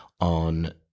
on